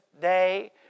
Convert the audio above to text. day